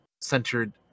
centered